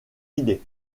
idées